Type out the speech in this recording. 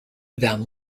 than